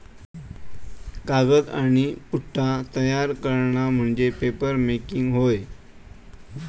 कागद आणि पुठ्ठा तयार करणा म्हणजे पेपरमेकिंग होय